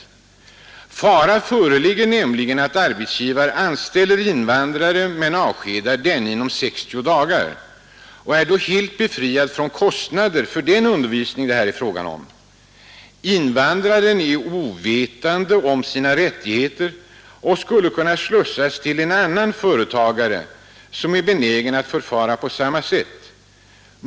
Fara föreligger nämligen att arbetsgivare anställer invandrare men avskedar denne inom 60 dagar och är då helt befriad från kostnaderna för den undervisning det här är fråga om. Invandraren är ovetande om sina rättigheter och skulle kunna sl s till en annan företagare som är benägen att förfara på samma sätt.